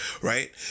Right